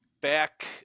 Back